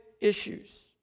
issues